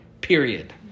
period